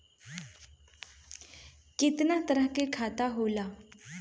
केतना तरह के खाता होला?